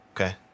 okay